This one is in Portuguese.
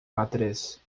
matriz